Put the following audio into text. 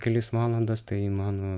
kelis valandas tai mano